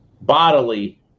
bodily